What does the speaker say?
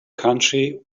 country